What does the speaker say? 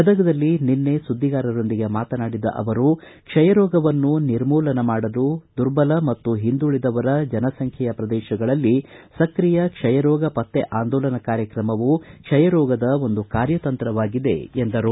ಗದಗದಲ್ಲಿ ನಿನ್ನೆ ಸುದ್ದಿಗಾರರೊಂದಿಗೆ ಮಾತನಾಡಿದ ಅವರು ಕ್ಷಯರೋಗವನ್ನು ನಿರ್ಮೂಲ ಮಾಡಲು ದುರ್ಬಲ ಮತ್ತು ಹಿಂದುಳಿದವರ ಜನಸಂಖ್ಯೆಯ ಪ್ರದೇಶಗಳಲ್ಲಿ ಸಕ್ರಿಯ ಕ್ಷಯರೋಗ ಪತ್ತೆ ಆಂದೋಲನ ಕಾರ್ಯಕ್ರಮವು ಕ್ಷಯರೋಗದ ಒಂದು ಕಾರ್ಯತಂತ್ರವಾಗಿದೆ ಎಂದರು